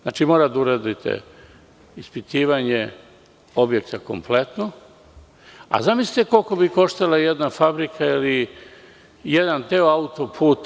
Znači, mora da uradite ispitivanje objekta kompletno, a zamislite koliko bi koštala jedna fabrika ili jedan deo autoputa.